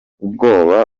ubwoba